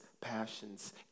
passions